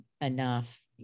enough